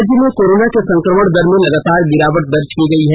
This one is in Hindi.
राज्य में कोरोना के संक्रमण दर में लगातार गिरावट दर्ज की गयी है